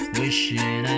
wishing